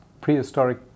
prehistoric